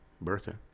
Bertha